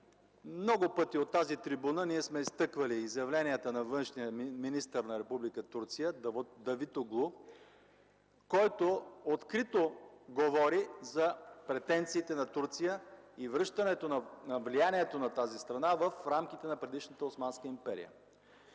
Много пъти от тази трибуна сме изтъквали изявленията на външния министър на Република Турция Давид Оглу, който открито говори за претенциите на Турция и връщане на влиянието на тази страна в рамките на предишната Османска империя.